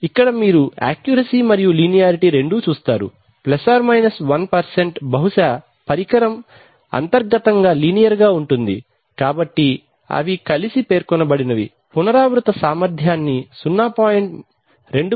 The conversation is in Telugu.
ఇక్కడ మీరు యాక్యూరసీ మరియు లీనియారిటీ రెండూ చూస్తారు ± 1 బహుశా పరికరం అంతర్గతంగా లీనియర్ గా ఉంటుంది కాబట్టి అవి కలిసి పేర్కొనబడినవి పునరావృత సామర్థ్యాన్ని 0